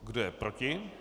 Kdo je proti?